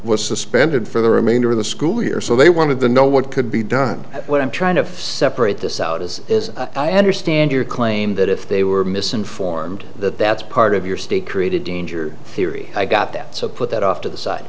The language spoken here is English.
was suspended for the remainder of the school year so they wanted to know what could be done and what i'm trying to separate this out as is i understand your claim that if they were misinformed that that's part of your state created danger theory i got that so put that off to the side